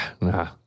Nah